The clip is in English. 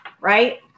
Right